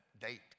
date